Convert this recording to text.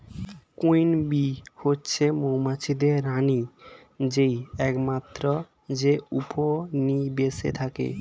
queen bee হচ্ছে মৌমাছিদের রানী যেই একমাত্র যে উপনিবেশে থাকে